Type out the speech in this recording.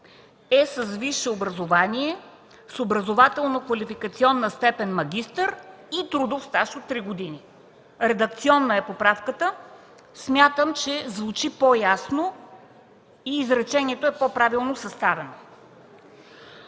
„е с висше образование с образователно-квалификационна степен „магистър” и трудов стаж от три години”. Поправката е редакционна. Смятам, че звучи по-ясно и изречението е по-правилно съставено.